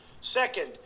Second